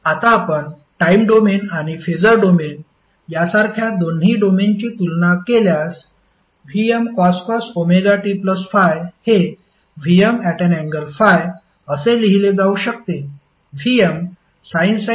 आता आपण time domain आणि फेसर डोमेन यासारख्या दोन्ही डोमेनची तुलना केल्यास Vmcos ωt∅ हे Vm∠∅ असे लिहिले जाऊ शकते